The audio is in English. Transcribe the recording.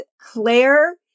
Claire